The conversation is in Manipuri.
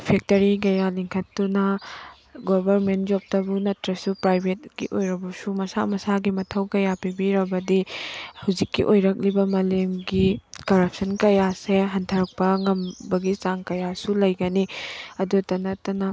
ꯐꯦꯛꯇꯔꯤ ꯀꯌꯥ ꯂꯤꯡꯈꯠꯇꯨꯅ ꯒꯣꯚꯔꯟꯃꯦꯟ ꯖꯣꯞꯇꯕꯨ ꯅꯠꯇ꯭ꯔꯁꯨ ꯄ꯭ꯔꯥꯏꯚꯦꯠꯀꯤ ꯑꯣꯏꯔꯕꯁꯨ ꯃꯁꯥ ꯃꯁꯥꯒꯤ ꯃꯊꯧ ꯀꯌꯥ ꯄꯤꯕꯤꯔꯕꯗꯤ ꯍꯧꯖꯤꯛꯀꯤ ꯑꯣꯏꯔꯛꯂꯤꯕ ꯃꯥꯂꯦꯝꯒꯤ ꯀꯔꯞꯁꯟ ꯀꯌꯥꯁꯦ ꯍꯟꯊꯔꯛꯄ ꯉꯝꯕꯒꯤ ꯆꯥꯡ ꯀꯌꯥꯁꯨ ꯂꯩꯒꯅꯤ ꯑꯗꯨꯇ ꯅꯠꯇꯅ